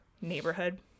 neighborhood